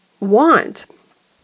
want